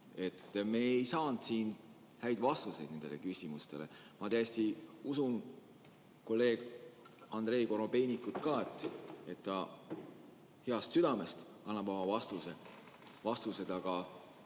Me ei saanud siin häid vastuseid nendele küsimustele. Ma täiesti usun kolleeg Andrei Korobeinikut, et ta heast südamest andis oma vastuseid, aga